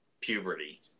puberty